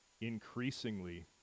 increasingly